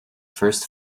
first